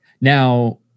Now